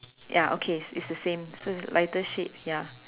ya okay it's the same so is lighter shade ya